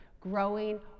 growing